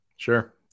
Sure